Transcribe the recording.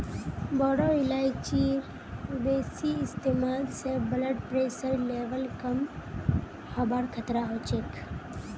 बोरो इलायचीर बेसी इस्तमाल स ब्लड प्रेशरेर लेवल कम हबार खतरा ह छेक